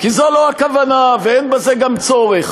כי זו לא הכוונה ואין בזה גם צורך.